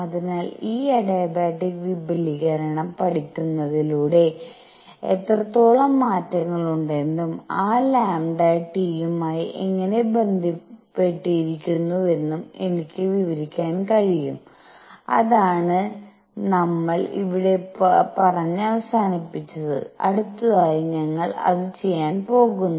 അതിനാൽ ഈ അഡിയബാറ്റിക് വിപുലീകരണം പഠിക്കുന്നതിലൂടെ എത്രത്തോളം മാറ്റങ്ങൾ ഉണ്ടെന്നും ആ ലാംഡ ടിയുമായി എങ്ങനെ ബന്ധപ്പെട്ടിരിക്കുന്നുവെന്നും എനിക്ക് വിവരിക്കാൻ കഴിയും അതാണ് ഞങ്ങൾ ഇവിടെ പറഞ്ഞു അവസാനിപ്പിച്ചത് അടുത്തതായി ഞങ്ങൾ അത് ചെയ്യാൻ പോകുന്നു